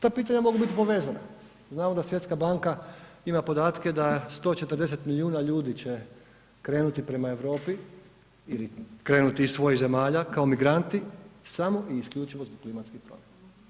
Ta pitanja mogu bit i povezana, znamo da Svjetska banka ima podatke da 140 milijuna ljudi će krenuti prema Europi ili krenuti iz svojih zemalja kao migranti samo i isključivo zbog klimatskih promjena.